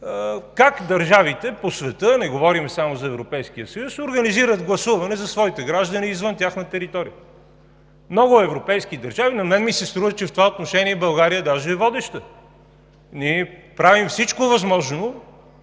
как държавите по света – не говорим само за Европейския съюз, организират гласуване за своите граждани извън тяхната територия. В много европейски държави, на мен ми се струва, че в това отношение България даже е водеща. Ние правим всичко възможно